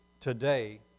Today